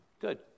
Good